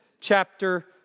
chapter